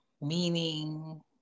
meaning